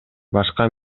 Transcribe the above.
башка